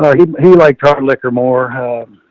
um he, he liked hard liquor, more. ah,